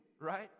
right